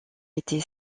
était